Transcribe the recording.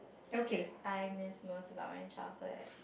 what do I miss most about my childhood